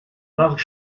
marc